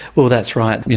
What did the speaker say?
well, that's right.